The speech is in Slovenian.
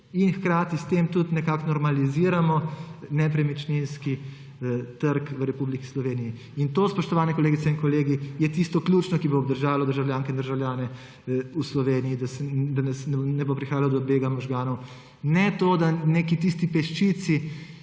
In hkrati s tem tudi nekako normaliziramo nepremičninski trg v Republiki Sloveniji. To, spoštovane kolegice in kolegi, je tisto ključno, kar bo obdržalo državljanke in državljane v Sloveniji, da ne bo prihajalo do bega možganov. Ne to, da tisti peščici